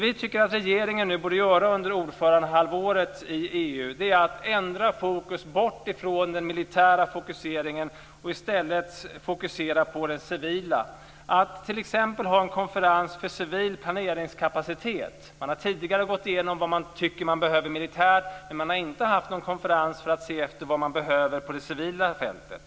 Vi tycker att regeringen nu under ordförandehalvåret i EU borde ändra fokus bort från det militära, och i stället fokusera på det civila. Man kan t.ex. ha en konferens för civil planeringskapacitet. Man har tidigare gått igenom vad man tycker att man behöver militärt, men man har inte haft någon konferens för att se efter vad man behöver på det civila fältet.